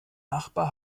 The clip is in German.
nachbar